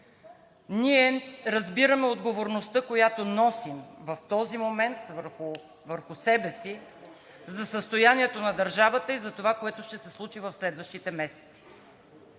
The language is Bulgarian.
ние разбираме отговорността, която носим в този момент върху себе си за състоянието на държавата и за това, което ще се случи в следващите месеци.